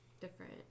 Different